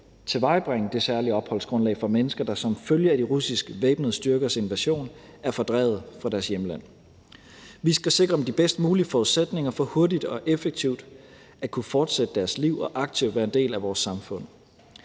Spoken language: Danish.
tilvejebringe det særlige opholdsgrundlag for mennesker, der som følge af de russiske væbnede styrkers invasion er fordrevet fra deres hjemland. Vi skal sikre dem de bedst mulige forudsætninger for hurtigt og effektivt at kunne fortsætte deres liv og aktivt være en del af vores samfund.